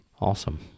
Awesome